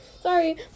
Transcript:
sorry